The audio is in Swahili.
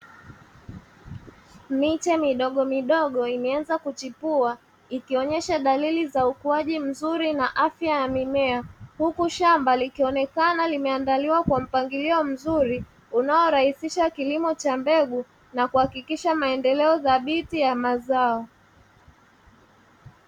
Miti midogo midogo imeanza kuchipua ikionyesha dalili za ukuaji mzuri na afya ya mimea huku shamba likionekana limeandaliwa kwa mpangilio mzuri unaorahisisha kilimo cha mbegu na kuhakikisha maendeleo thabiti ya mazao.